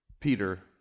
Peter